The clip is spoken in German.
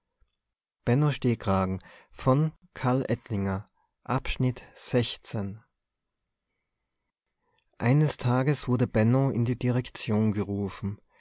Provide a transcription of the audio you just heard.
eines tages wurde benno in die direktion gerufen